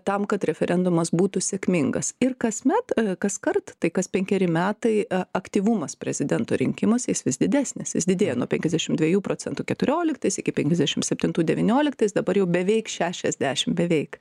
tam kad referendumas būtų sėkmingas ir kasmet kaskart tai kas penkeri metai aktyvumas prezidento rinkimuose jis vis didesnis jis didėja nuo penkiasdešim dviejų procentų keturioliktais iki penkiasdešimt septintų devynioliktais dabar jau beveik šešiasdešim beveik